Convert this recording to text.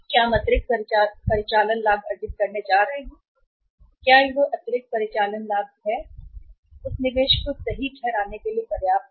कि क्या हम अतिरिक्त परिचालन लाभ अर्जित करने जा रहे हैं और क्या वह अतिरिक्त परिचालन लाभ है उस निवेश को सही ठहराने के लिए पर्याप्त है